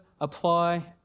apply